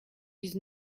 dix